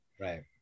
Right